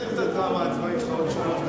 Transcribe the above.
אתה תייצר את הדרמה העצבנית שלך עוד שלוש דקות.